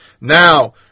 Now